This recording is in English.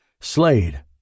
Slade